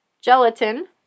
gelatin